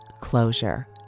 closure